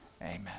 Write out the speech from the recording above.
Amen